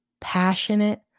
passionate